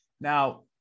Now